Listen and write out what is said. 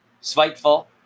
spiteful